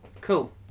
cool